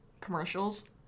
commercials